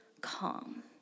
calm